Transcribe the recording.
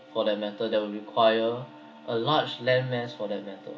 for that matter that would require a large land mass for that matter